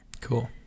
Cool